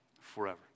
forever